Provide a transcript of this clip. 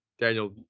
Daniel